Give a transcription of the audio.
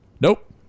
Nope